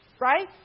right